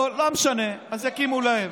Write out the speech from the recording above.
לא משנה, אז יקימו להם.